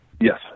Yes